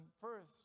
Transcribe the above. first